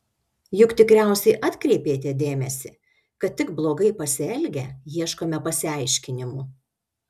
juk tikriausiai atkreipėte dėmesį kad tik blogai pasielgę ieškome pasiaiškinimų